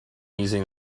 using